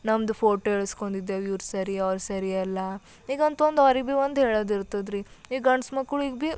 ನಮ್ದು ಫೋಟೋ ಇಳಿಸ್ಕೊಂಡಿದ್ದೆವು ಇವ್ರು ಸೇರಿ ಅವ್ರು ಸೇರಿ ಎಲ್ಲ ಈಗ ಅಂತ ಅಂದು ಅವ್ರಿಗೆ ಭೀ ಒಂದು ಹೇಳೋದಿರ್ತದ್ರೀ ಈಗ ಗಂಡ್ಸು ಮಕ್ಳಿಗೆ ಭೀ